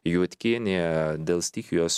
juodkienė dėl stichijos